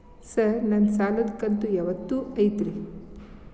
Sir ನನ್ನ ಸಾಲದ ಕಂತು ಯಾವತ್ತೂ ಐತ್ರಿ?